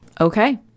Okay